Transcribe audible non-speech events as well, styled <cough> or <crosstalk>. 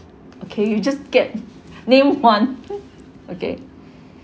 okay you just get <laughs> name one okay